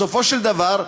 בסופו של דבר,